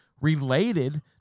related